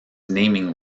naming